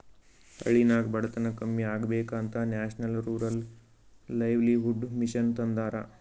ಹಳ್ಳಿನಾಗ್ ಬಡತನ ಕಮ್ಮಿ ಆಗ್ಬೇಕ ಅಂತ ನ್ಯಾಷನಲ್ ರೂರಲ್ ಲೈವ್ಲಿಹುಡ್ ಮಿಷನ್ ತಂದಾರ